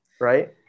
right